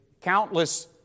countless